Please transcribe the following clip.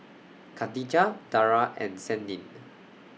Katijah Dara and Senin